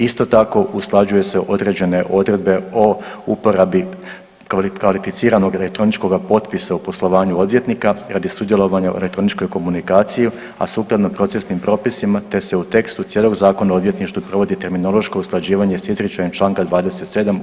Isto tako usklađuju se određene odredbe o uporabi kvalificiranog elektroničkog potpisa u poslovanju odvjetnika radi sudjelovanja u elektroničkoj komunikaciji, a sukladno procesnim propisima te se u tekstu cijelog Zakona o odvjetništvu provodi terminološko usklađivanje s izričajem Članka 27.